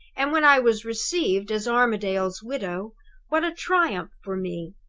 and when i was received as armadale's widow what a triumph for me.